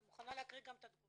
אני מוכנה להקריא את התגובה.